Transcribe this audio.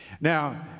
now